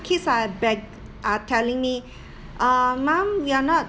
kids are beg~ uh telling me uh mum we are not